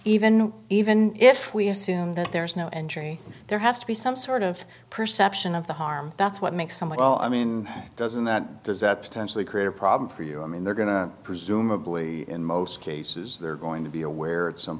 even even if we assume that there is no injury there has to be some sort of perception of the harm that's what makes someone well i mean doesn't that does that potentially create a problem for you i mean they're going to presumably in most cases they're going to be aware at some